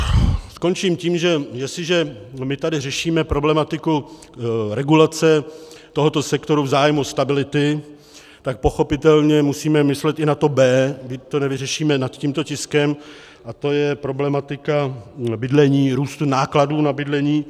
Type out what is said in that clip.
Skončím tím, že jestliže my tady řešíme problematiku regulace tohoto sektoru v zájmu stability, tak pochopitelně musíme myslet i na to B, byť to nevyřešíme nad tímto tiskem, a to je problematika bydlení, růstu nákladů na bydlení.